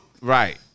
Right